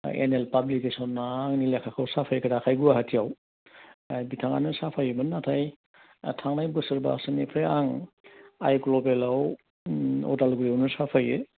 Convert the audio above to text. N L पाब्लिकेसना आंनि लेखाखौ साफायग्राखाय गुवाहाटियाव बिथाङानो साफायोमोन नाथाय थांनाय बोसोरबासोनिफ्राय आं आइ ग्लबेलाव अदालगुरियावनो साफायो